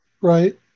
right